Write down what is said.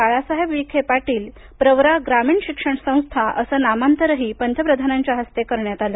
बाळासाहेब विखेपाटील प्रवरा ग्रामीण शिक्षण संस्था असं नामांतरही पंतप्रधानांच्या हस्ते करण्यात आलं